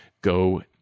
go